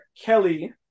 Kelly